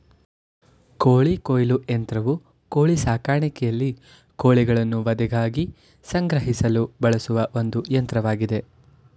ಕೋಳಿ ಕೊಯ್ಲು ಯಂತ್ರವು ಕೋಳಿ ಸಾಕಾಣಿಕೆಯಲ್ಲಿ ಕೋಳಿಗಳನ್ನು ವಧೆಗಾಗಿ ಸಂಗ್ರಹಿಸಲು ಬಳಸುವ ಒಂದು ಯಂತ್ರವಾಗಿದೆ